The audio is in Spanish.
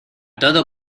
todo